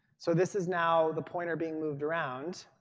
so this is now the pointer being moved around.